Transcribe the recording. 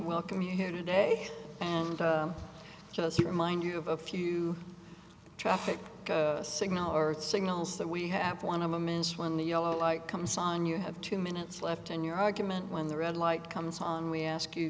welcome you here today so let's remind you of a few traffic signal or signals that we have one of them is when the yellow light comes on you have two minutes left in your argument when the red light comes on we ask you